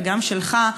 וגם שלך,